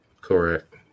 Correct